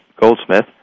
Goldsmith